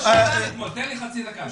תן לי חצי דקה.